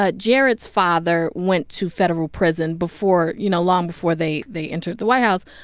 ah jared's father went to federal prison before you know, long before they they entered the white house.